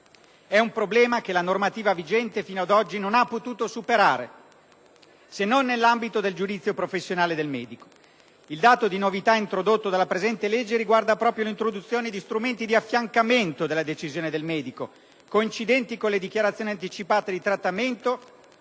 di un problema che la normativa vigente fino ad oggi non ha potuto superare, se non nell'ambito del giudizio professionale del medico. Il dato di novità introdotto dalla presente legge riguarda proprio l'introduzione di strumenti di affiancamento della decisione del medico, coincidenti con le dichiarazioni anticipate di trattamento